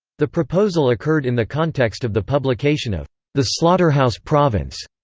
the proposal occurred in the context of the publication of the slaughterhouse province,